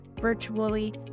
virtually